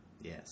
yes